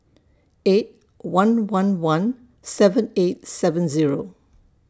eight one one one seven eight seven Zero